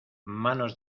manos